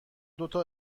دوتا